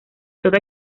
todo